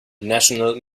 national